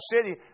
City